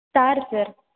car sir